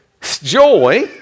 joy